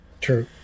True